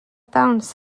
dawns